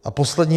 A poslední.